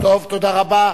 טוב, תודה רבה.